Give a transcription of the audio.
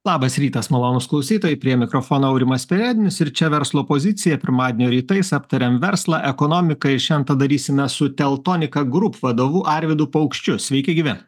labas rytas malonūs klausytojai prie mikrofono aurimas perednis ir čia verslo pozicija pirmadienio rytais aptariam verslą ekonomikai šian tą darysime su teltonika grup vadovu arvydu paukščiu sveiki gyvi